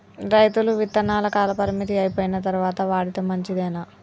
రైతులు విత్తనాల కాలపరిమితి అయిపోయిన తరువాత వాడితే మంచిదేనా?